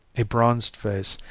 a bronzed face,